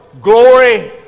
glory